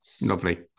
Lovely